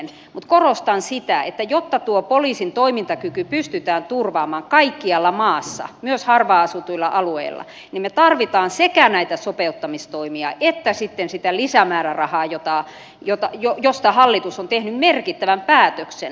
mutta korostan sitä että jotta tuo poliisin toimintakyky pystytään turvaamaan kaikkialla maassa myös harvaan asutuilla alueilla niin me tarvitsemme sekä näitä sopeuttamistoimia että sitä lisämäärärahaa josta hallitus on tehnyt merkittävän päätöksen